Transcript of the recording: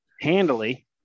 Handily